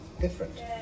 different